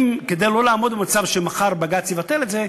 כדי לא לעמוד במצב שמחר בג"ץ יבטל את זה,